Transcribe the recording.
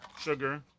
sugar